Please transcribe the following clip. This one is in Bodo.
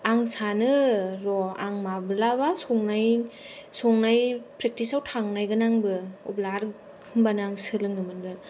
आं सानो र' आं माब्लाबा संनाय संनाय प्रेकटिसाव थांनायगोन आंबो अब्ला आरो होमब्लानो आं सोलोंनो मोनगोन